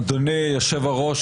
אדוני יושב-הראש,